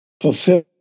fulfill